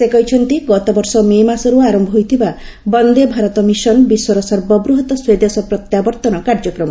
ସେ କହିଛନ୍ତି ଗତବର୍ଷ ମେ ମାସରୁ ଆରମ୍ଭ ହୋଇଥିବା ବନ୍ଦେ ଭାରତ ମିଶନ ବିଶ୍ୱର ସର୍ବବୃହତ ସ୍ୱଦେଶ ପ୍ରତ୍ୟାବର୍ଭନ କାର୍ଯ୍ୟକ୍ରମ